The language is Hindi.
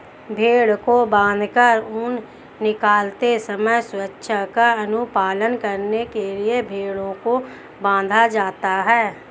भेंड़ को बाँधकर ऊन निकालते समय स्वच्छता का अनुपालन करने के लिए भेंड़ों को बाँधा जाता है